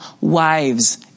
wives